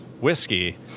whiskey